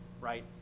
right